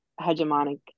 hegemonic